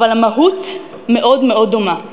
אבל המהות מאוד מאוד דומה.